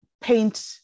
paint